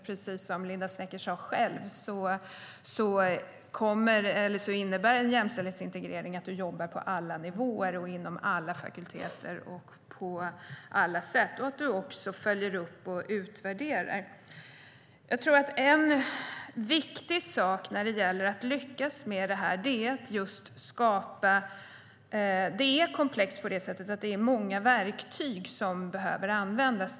Precis som Linda Snecker själv sade innebär ju en jämställdhetsintegrering att man jobbar på alla nivåer, inom alla fakulteter och att man också följer upp och utvärderar. Det här är komplext på det sättet att det är många verktyg som behöver användas.